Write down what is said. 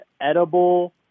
edible